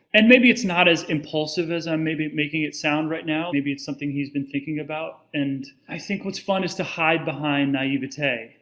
and maybe it's not as impulsive as i'm maybe making it sound right now, maybe it's something he's been thinking about. and i think what's fun is to hide behind naivety.